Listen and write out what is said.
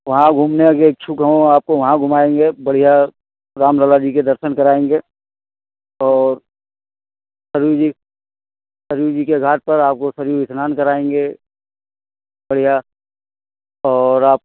वहाँ घूमने के इच्छुक हों आपको वहाँ घुमाएंगे बढ़िया राम लाला जी के दर्शन कराएंगे और सरयू जी सरयू जी के घाट पर आपको सरयू स्नान कराएंगे बढ़िया और आप